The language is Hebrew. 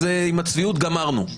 אז עם הצביעות גמרנו.